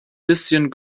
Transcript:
bisschen